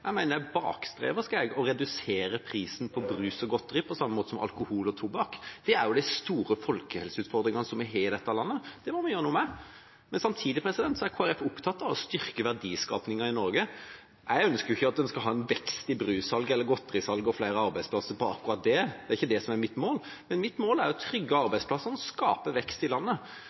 Jeg mener det er bakstreversk å redusere prisen på brus og godteri – på samme måte er det med alkohol og tobakk. Dette er jo de store folkehelseutfordringene som vi har i dette landet. Dette må vi gjøre noe med. Samtidig er Kristelig Folkeparti opptatt av å styrke verdiskapingen i Norge. Jeg ønsker ikke at det skal bli en vekst i brussalget og godterisalget og få flere arbeidsplasser på grunn av akkurat det. Det er ikke mitt mål. Mitt mål er å trygge arbeidsplassene og skape vekst i landet.